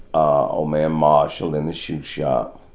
ah old man marshall and his shoe shop.